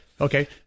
Okay